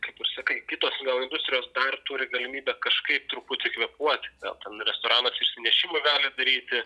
kaip ir sakai kitos gal industrijos dar turi galimybę kažkaip truputį kvėpuoti na ten restoranas išsinešimui gali daryti